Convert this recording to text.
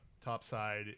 topside